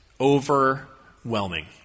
overwhelming